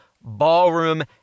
ballroom